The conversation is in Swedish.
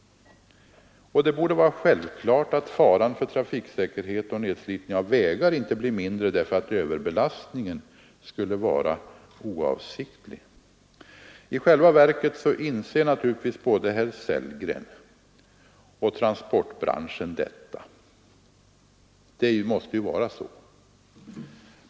Det borde vara självklart att faran för trafiksäkerhet och nedslitning av vägar inte blir mindre därför att överlastningen skulle vara oavsiktlig. I själva verket inser naturligtvis både herr Sellgren och transportbranschen detta — det måste ju vara så.